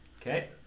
Okay